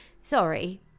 Sorry